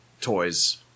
toys